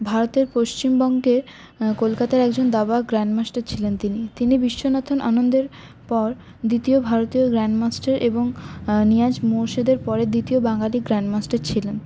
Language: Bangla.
ভারতের পশ্চিমবঙ্গের কলকাতার একজন দাবা গ্র্যান্ডমাস্টার ছিলেন তিনি তিনি বিশ্বনাথন আনন্দের পর দ্বিতীয় ভারতীয় গ্র্যান্ডমাস্টার এবং নিয়াজ মোরশেদের পরে দ্বিতীয় বাঙালি গ্র্যান্ডমাস্টার ছিলেন